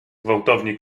gwałtownie